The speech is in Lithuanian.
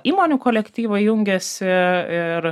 įmonių kolektyvai jungiasi ir